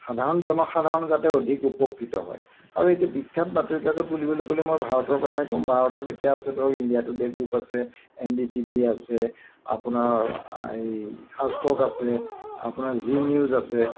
সাধাৰণ জনসাধাৰণ যাতে অধিক উপকৃত হয় আৰু এতিয়া বিখ্যাত বাতৰিকাকত বুলিবলৈ গ'লে মই ভাৰতৰ কথাই ক'ম ভাৰতত এতিয়া আছে ধৰক ইণ্ডিয়া টুডে গ্ৰুপ আছে এন ডি টি ভি আছে আপোনাৰ এই আজ টাক আছে আপোনাৰ জি নিউজ আছে